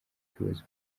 kwibaza